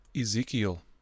Ezekiel